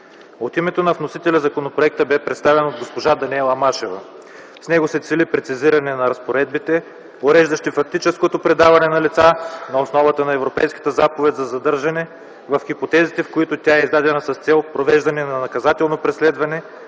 От името на вносителя законопроектът бе представен от госпожа Даниела Машева. С него се цели прецизиране на разпоредбите, уреждащи фактическото предаване на лица на основата на Европейската заповед за арест (ЕЗА) в хипотезите, в които тя е издадена с цел провеждане на наказателно преследване